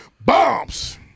Bombs